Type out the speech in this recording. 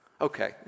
Okay